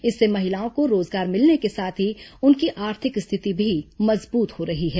इससे महिलाओं को रोजगार मिलने के साथ ही उनकी आर्थिक स्थिति भी मजबूत हो रही है